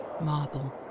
marble